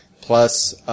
plus